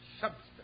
substance